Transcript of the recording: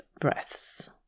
breaths